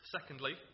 Secondly